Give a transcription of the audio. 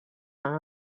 have